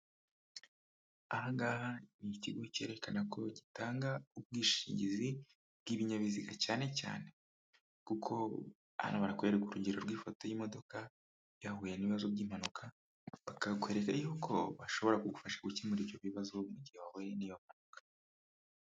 Aha ngaha ni ikigo cyerekana ko gitanga ubwishingizi bw'ibinyabiziga cyane cyane, kuko aha barakwereka urugero rw'ifoto y'imodoka yahuye n'ibibazo by'impanuka, bakakwereka yuko bashobora kugufasha gukemura ibyo bibazo mu gihe wahuye n'iyo mpanuka.